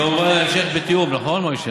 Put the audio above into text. כמובן, היא מאושרת בתיאום, נכון, מוישה?